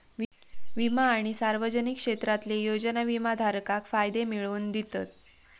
विमा आणि सार्वजनिक क्षेत्रातले योजना विमाधारकाक फायदे मिळवन दितत